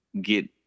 get